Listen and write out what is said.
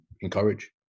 encourage